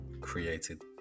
created